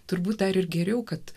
turbūt dar ir geriau kad